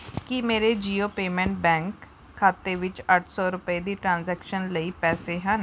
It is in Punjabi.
ਕੀ ਮੇਰੇ ਜੀਓ ਪੇਮੈਂਟ ਬੈਂਕ ਖਾਤੇ ਵਿੱਚ ਅੱਠ ਸੌ ਰੁਪਏ ਦੀ ਟ੍ਰਾਂਜੈਕਸ਼ਨ ਲਈ ਪੈਸੇ ਹਨ